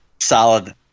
solid